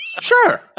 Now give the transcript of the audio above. Sure